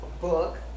book